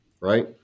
right